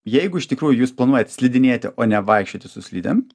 jeigu iš tikrųjų jūs planuojate slidinėti o ne vaikščioti su slidėm